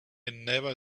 never